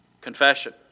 Confession